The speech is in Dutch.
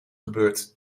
gebeurt